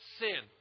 sin